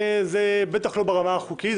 זה בטח לא ברמה החוקית,